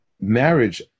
marriage